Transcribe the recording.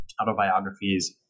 autobiographies